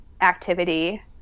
activity